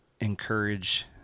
encourage